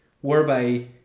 whereby